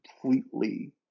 completely